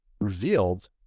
revealed